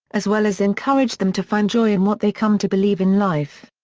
as well as encourage them to find joy in what they come to believe in life.